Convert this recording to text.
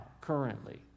currently